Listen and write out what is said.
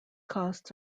costs